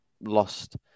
lost